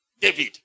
David